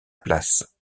place